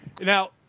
Now –